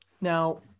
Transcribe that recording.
now